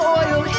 oil